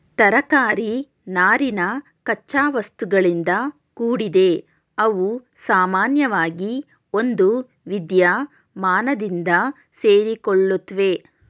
ತರಕಾರಿ ನಾರಿನ ಕಚ್ಚಾವಸ್ತುಗಳಿಂದ ಕೂಡಿದೆ ಅವುಸಾಮಾನ್ಯವಾಗಿ ಒಂದುವಿದ್ಯಮಾನದಿಂದ ಸೇರಿಕೊಳ್ಳುತ್ವೆ